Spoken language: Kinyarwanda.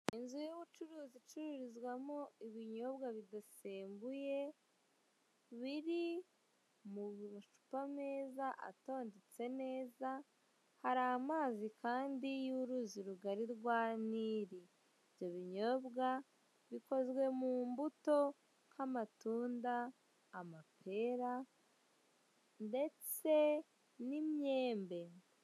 Inzu y'ubucuruzi icururizwamo ibinyobwa bidasembuye biri mu bucupa meza atandotse neza hari amazi kandi y'uruzi rugari rwa Nile, ibyo binyobwa bikozwe mu mbuto nk'amatunda, amapera ndetse n'imyembe.